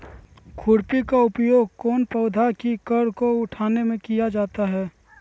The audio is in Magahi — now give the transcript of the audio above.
खुरपी का उपयोग कौन पौधे की कर को उठाने में किया जाता है?